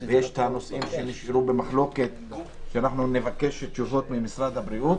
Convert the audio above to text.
יש את הנושאים שנשארו במחלוקת לגביהם נבקש תשובות ממשרד הבריאות,